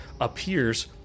appears